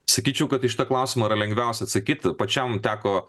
sakyčiau kad į šitą klausimą yra lengviausia atsakyti pačiam teko